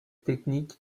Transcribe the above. technique